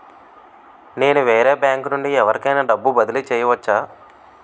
నేను వేరే బ్యాంకు నుండి ఎవరికైనా డబ్బు బదిలీ చేయవచ్చా?